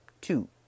two